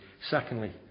Secondly